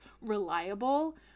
reliable